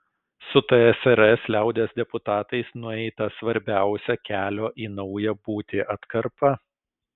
su tsrs liaudies deputatais nueita svarbiausia kelio į naują būtį atkarpa